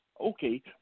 Okay